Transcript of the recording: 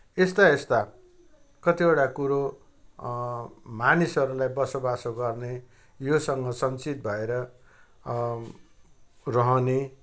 यस्ता यस्ता कतिवटा कुरो मानिसहरूले बसोबासो गर्ने योसँग सञ्चित भएर रहने